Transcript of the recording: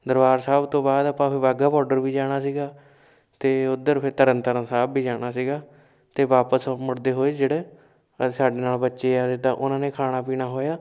ਦਰਬਾਰ ਸਾਹਿਬ ਤੋਂ ਬਾਅਦ ਆਪਾਂ ਫ਼ਿਰ ਬਾਘਾ ਬੋਰਡਰ ਵੀ ਜਾਣਾ ਸੀਗਾ ਅਤੇ ਉਧਰ ਫੇਰ ਤਰਨ ਤਰਨ ਸਾਹਿਬ ਵੀ ਜਾਣਾ ਸੀਗਾ ਅਤੇ ਵਾਪਸ ਮੁੜਦੇ ਹੋਏ ਜਿਹੜੇ ਸਾਡੇ ਨਾਲ ਬੱਚੇ ਆ ਤਾਂ ਉਹਨਾਂ ਨੇ ਖਾਣਾ ਪੀਣਾ ਹੋਇਆ